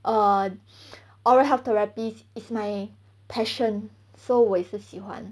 err oral health therapist is my passion so 我也是喜欢